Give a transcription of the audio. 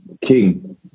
king